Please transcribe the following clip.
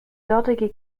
dortige